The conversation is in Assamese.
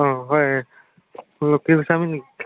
অঁ হয় গোস্বামী নেকি